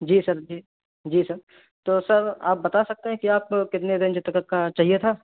جی sir جی جی sir تو سر آپ بتا سکتے ہیں کہ آپ کتنے رینج تلک کا چاہیے تھا